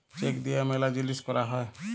check দিয়া ম্যালা জিলিস ক্যরা হ্যয়ে